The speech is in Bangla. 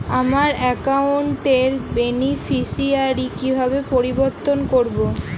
আমার অ্যাকাউন্ট র বেনিফিসিয়ারি কিভাবে পরিবর্তন করবো?